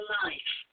life